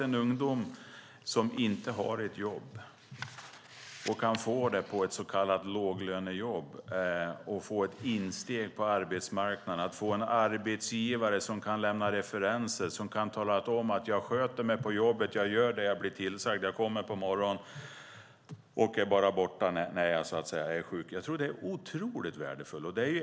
En ungdom som inte har ett jobb och kan få det på ett så kallat låglönejobb och få ett insteg på arbetsmarknaden och en arbetsgivare som kan lämna referenser. Han kan tala om att jag sköter mig på jobbet. Jag gör det jag blir tillsagd. Jag kommer på morgonen och är bara borta när jag är sjuk. Det tror jag är otroligt värdefullt.